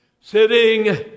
Sitting